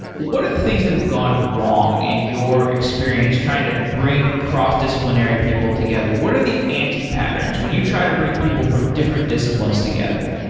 what are the things that have gone wrong in your experience trying to bring cross-disciplinary people together? what are the anti-patterns when you try to bring people from different disciplines together?